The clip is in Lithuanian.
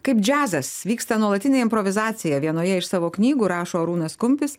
kaip džiazas vyksta nuolatinė improvizacija vienoje iš savo knygų rašo arūnas kumpis